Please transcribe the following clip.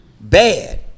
bad